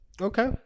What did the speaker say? Okay